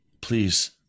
Please